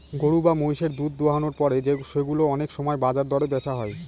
গরু বা মহিষের দুধ দোহানোর পর সেগুলো অনেক সময় বাজার দরে বেচা হয়